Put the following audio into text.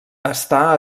està